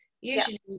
Usually